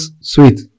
sweet